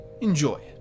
Enjoy